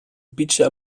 pizza